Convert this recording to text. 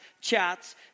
chats